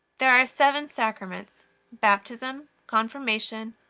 there are seven sacraments baptism, confirmation,